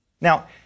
Now